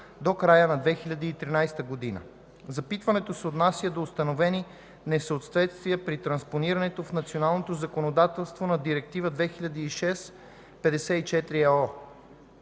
до края на 2013 г. Запитването се отнася до установени несъответствия при транспонирането в националното законодателство на Директива 2006/54/ЕО.